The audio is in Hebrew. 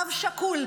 אב שכול,